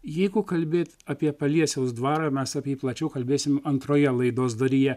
jeigu kalbėt apie paliesiaus dvarą mes apie jį plačiau kalbėsim antroje laidos dalyje